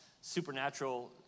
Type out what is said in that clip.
supernatural